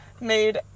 made